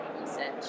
research